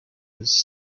his